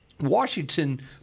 Washington